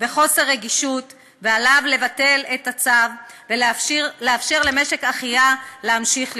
וחוסר רגישות ועליו לבטל את הצו ולאפשר למשק אחיה להמשיך לפעול.